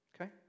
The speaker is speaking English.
Okay